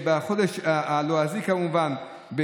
בתאריך הלועזי, כמובן,